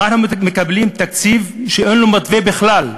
אנחנו מקבלים תקציב שאין לו מתווה בכלל.